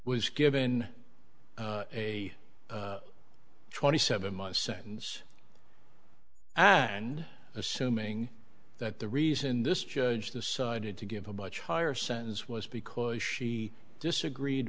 was given a twenty seven month sentance and assuming that the reason this judge decided to give a much higher sentence was because she disagreed